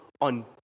on